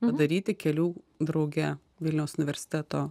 padaryti kelių drauge vilniaus universiteto